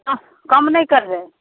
कम नहि करबै